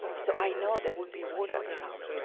so i know there would be water around.